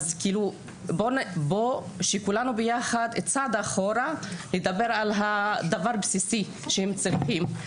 אז בואו נלך קצת אחורה ונתחיל לדבר על הדברים הבסיסיים שאותם הם צריכים,